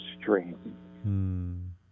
stream